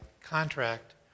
contract